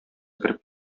кереп